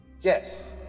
Yes